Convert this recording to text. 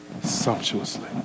sumptuously